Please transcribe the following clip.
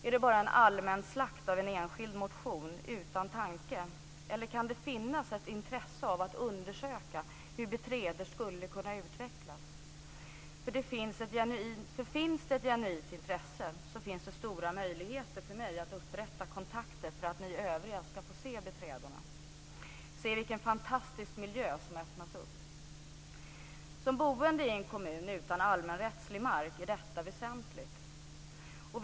Är det bara en allmän slakt av en enskild motion utan tanke, eller kan det finnas ett intresse av att undersöka hur "beträdor" skulle kunna utvecklas? Finns det ett genuint intresse finns det stora möjligheter för mig att upprätta kontakter så att ni övriga ska få se "beträdorna" och se vilken fantastisk miljö som öppnas. Som boende i en kommun utan allmänrättslig mark tycker jag att detta är väsentligt.